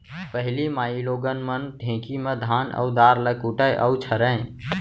पहिली माइलोगन मन ढेंकी म धान अउ दार ल कूटय अउ छरयँ